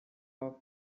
off